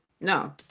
No